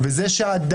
ולמה אתה עושה את זה.